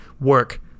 work